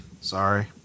Sorry